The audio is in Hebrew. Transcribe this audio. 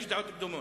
יש דעות קדומות.